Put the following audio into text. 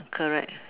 correct